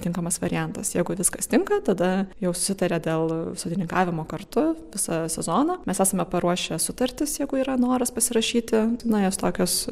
tinkamas variantas jeigu viskas tinka tada jau susitaria dėl sodininkavimo kartu visą sezoną mes esame paruošę sutartis jeigu yra noras pasirašyti nu jos tokios